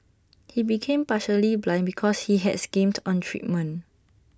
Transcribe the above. he became partially blind because he had skimmed on treatment